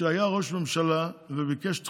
כשהיה ראש ממשלה על שביקש דחיות,